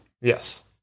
Yes